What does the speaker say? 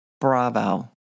bravo